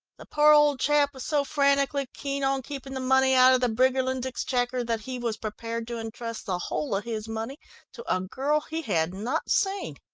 the poor old chap was so frantically keen on keeping the money out of the briggerland exchequer, that he was prepared to entrust the whole of his money to a girl he had not seen.